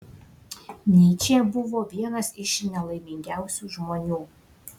nyčė buvo vienas iš nelaimingiausių žmonių